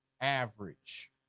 average